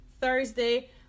Thursday